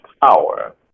power